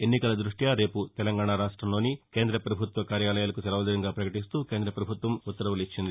ఎన్నికల దృష్ట్య రేపు తెలంగాణ రాష్టంలోని కేంద్ర ప్రభుత్వ కార్యాలయాలకు సెలవుదినంగా ప్రపకటిస్తూ కేంద్రపభుత్వం ఉత్తర్వులిచ్చింది